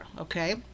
okay